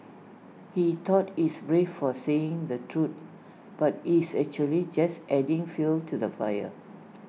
he thought he's brave for saying the truth but he's actually just adding fuel to the fire